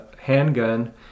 handgun